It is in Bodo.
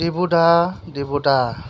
देभुदा देभुदा